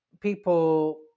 people